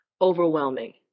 overwhelming